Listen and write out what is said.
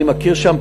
אני מכיר שם,